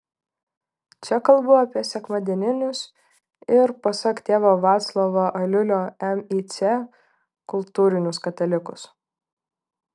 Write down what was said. čia kalbu apie sekmadieninius ir pasak tėvo vaclovo aliulio mic kultūrinius katalikus